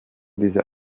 diese